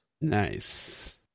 Nice